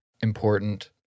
important